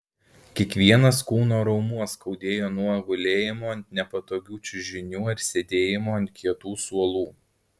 kiekvienas kūno raumuo skaudėjo nuo gulėjimo ant nepatogių čiužinių ar sėdėjimo ant kietų suolų